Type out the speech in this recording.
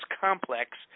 Complex